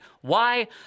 Why